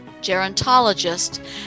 gerontologist